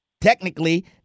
Technically